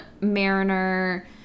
Mariner